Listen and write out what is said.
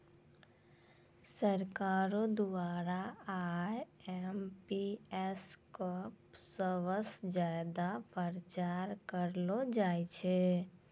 सरकारो द्वारा आई.एम.पी.एस क सबस ज्यादा प्रचार करलो जाय छै